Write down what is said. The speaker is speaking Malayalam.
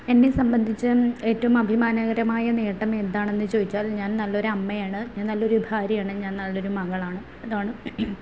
എന്നെ സംബന്ധിച്ച് ഏറ്റവും അഭിമാനകരമായ നേട്ടം എന്താണെന്ന് ചോദിച്ചാല് ഞാന് നല്ല ഒരു അമ്മയാണ് ഞാന് നല്ല ഒരു ഭാര്യയാണ് ഞാന് നല്ല ഒരു മകളാണ് അതാണ്